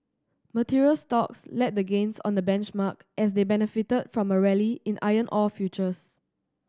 materials stocks led the gains on the benchmark as they benefited from a rally in iron ore futures